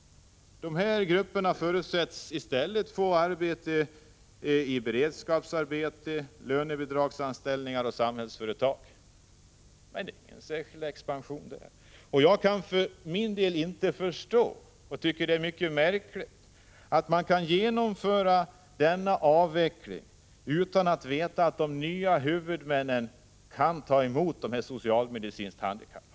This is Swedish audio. De här grupperna förutsätts i stället få beredskapsarbete, lönebidragsanställning eller arbete i Samhällsföretag. Det är ju ingen särskild expansion. Jag kan för min del inte förstå och tycker att det är mycket märkligt att man kan genomföra en avveckling utan att veta om de nya huvudmännen kan ta emot dessa socialt-medicinskt handikappade.